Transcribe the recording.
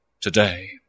Today